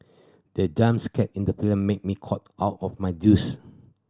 the jump scare in the film made me cough out of my juice